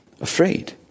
afraid